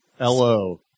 L-O